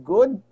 Good